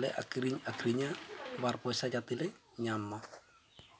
ᱞᱮ ᱟᱹᱠᱷᱮᱤᱧ ᱟᱹᱠᱷᱨᱤᱧᱟ ᱵᱟᱨ ᱯᱚᱭᱥᱟ ᱡᱟᱛᱮᱞᱮ ᱧᱟᱢ ᱢᱟ